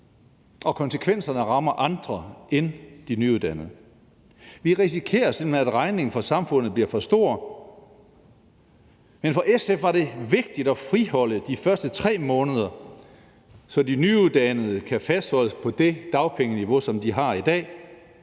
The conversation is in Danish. og konsekvensen rammer andre end de nyuddannede. Vi risikerer simpelt hen, at regningen for samfundet bliver for stor. Men for SF var det vigtigt at friholde de første 3 måneder, så de nyuddannede kan fastholdes på det dagpengeniveau, som de har i dag,